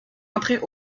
rentrer